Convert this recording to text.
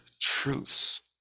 truths